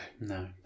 No